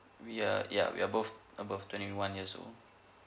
we are ya we are both above twenty one years old